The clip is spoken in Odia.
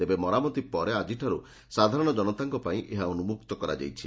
ତେବେ ମରାମତି ପରେ ଆଜିଠାର୍ ସାଧାରଣ ଜନତାଙ୍କ ପାଇଁ ଏହା ଉନୁକ୍ତ କରାଯାଇଛି